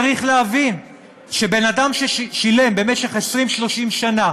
צריך להבין שבן-אדם ששילם במשך 30-20 שנה